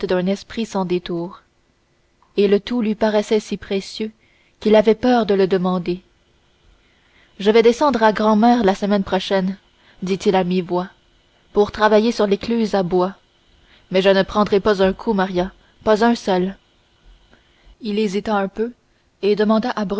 d'un esprit sans détours et le tout lui paraissait si précieux qu'il avait peur de le demander je vais descendre à grand-mère la semaine prochaine dit-il à mi-voix pour travailler sur l'écluse à bois mais je ne prendrai pas un coup maria pas un seul il hésita un peu et demanda